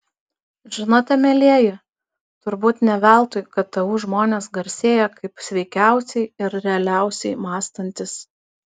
žinote mielieji turbūt ne veltui ktu žmonės garsėja kaip sveikiausiai ir realiausiai mąstantys